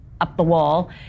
up-the-wall